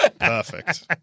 Perfect